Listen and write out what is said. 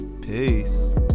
peace